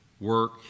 work